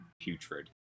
Putrid